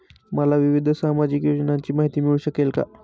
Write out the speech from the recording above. मला विविध सामाजिक योजनांची माहिती मिळू शकेल का?